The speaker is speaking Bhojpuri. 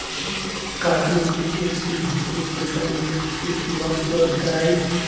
का एन.बी.एफ.सी हमके पईसा निवेश के सेवा उपलब्ध कराई?